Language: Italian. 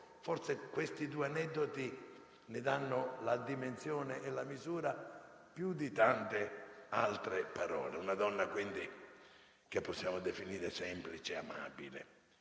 forse questi due aneddoti ne danno la dimensione e la misura più di tante altre parole. Una donna, quindi, che possiamo definire semplice e amabile.